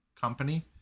company